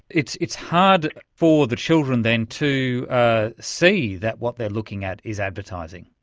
it's it's hard for the children then to see that what they are looking at is advertising.